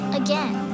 again